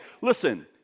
Listen